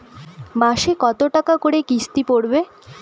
মাসে কত টাকা করে কিস্তি পড়বে?